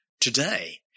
today